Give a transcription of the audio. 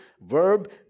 verb